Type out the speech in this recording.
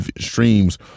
Streams